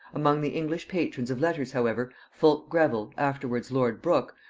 among the english patrons of letters however, fulke greville, afterwards lord brook,